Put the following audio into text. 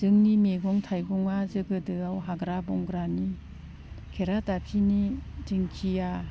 जोंनि मैगं थाइगंआ गोदोआव हाग्रा बंग्रानि खेरादाफिनि दिंखिया